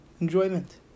enjoyment